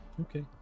Okay